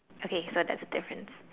okay so that's the difference